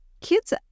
Kids